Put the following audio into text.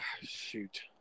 shoot